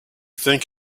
think